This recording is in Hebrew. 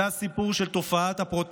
זה הסיפור של תופעת הפרוטקשן,